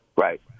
right